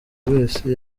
wese